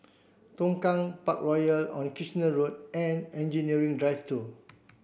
Tongkang Parkroyal on Kitchener Road and Engineering Drive two